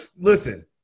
Listen